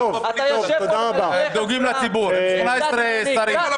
ואתם דואגים לציבור עם 18 שרים.